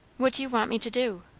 what do you want me to do?